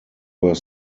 were